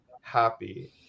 happy